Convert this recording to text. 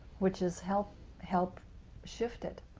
which is help help shift it.